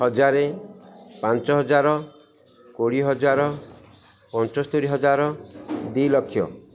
ହଜାର ପାଞ୍ଚ ହଜାର କୋଡ଼ିଏ ହଜାର ପଞ୍ଚସ୍ତରୀ ହଜାର ଦୁଇ ଲକ୍ଷ